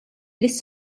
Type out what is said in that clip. lis